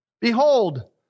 Behold